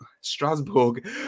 Strasbourg